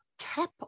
cap